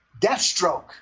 Deathstroke